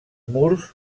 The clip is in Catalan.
murs